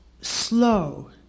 slow